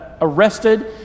arrested